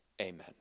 Amen